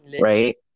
Right